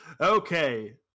okay